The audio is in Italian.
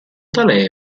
tale